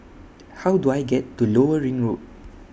How Do I get to Lower Ring Road